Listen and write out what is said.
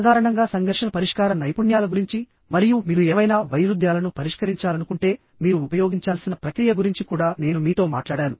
సాధారణంగా సంఘర్షణ పరిష్కార నైపుణ్యాల గురించి మరియు మీరు ఏవైనా వైరుధ్యాలను పరిష్కరించాలనుకుంటే మీరు ఉపయోగించాల్సిన ప్రక్రియ గురించి కూడా నేను మీతో మాట్లాడాను